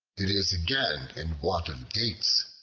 it is again in want of dates,